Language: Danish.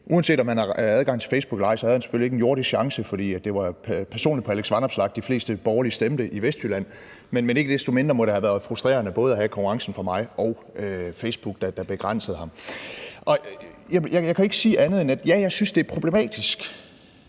Uanset om han havde adgang til Facebook eller ej, havde han selvfølgelig ikke en jordisk chance, fordi det jo var personligt på Alex Vanopslagh, at de fleste borgerlige stemte i Vestjylland – men ikke desto mindre må det have været frustrerende både at have konkurrencen fra mig og blive begrænset af Facebook. Jeg kan ikke sige andet end: Ja, jeg synes, det er problematisk.